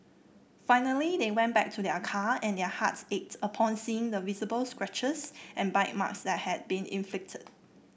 finally they went back to their car and their hearts ached upon seeing the visible scratches and bite marks that had been inflicted